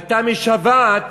הייתה משוועת